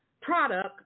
product